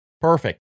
Perfect